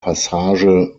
passage